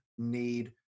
Need